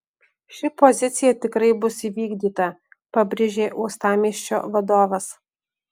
ši pozicija tikrai bus įvykdyta pabrėžė uostamiesčio vadovas